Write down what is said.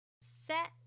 set